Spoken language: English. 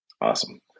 Awesome